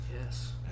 Yes